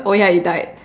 oh ya it died